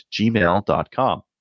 Gmail.com